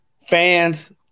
fans